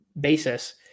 basis